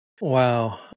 Wow